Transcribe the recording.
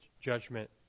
judgment